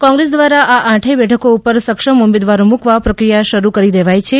કોંગ્રેસ દ્વારા આ આઠેય બેઠકો ઉપર સક્ષમ ઉમેદવારો મૂકવા પ્રક્રિયા શરૂ કરી દેવાઈ છે